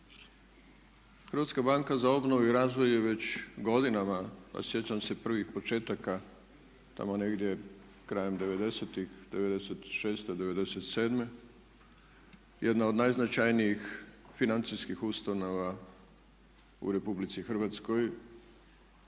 kolegice ii kolege. HBOR je već godinama, a sjećam se prvih početaka tamo negdje krajem '90.-tih, '96., '97. jedna od najznačajnijih financijskih ustanova u Republici Hrvatskoj